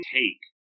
take